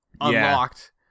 unlocked